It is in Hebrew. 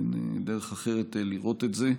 אין דרך אחרת לראות את זה.